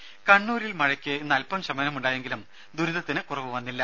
രുമ കണ്ണൂരിൽ മഴയ്ക്ക് ഇന്ന് അൽപം ശമനമുണ്ടായെങ്കിലും ദുരിതത്തിന് കുറവു വന്നില്ല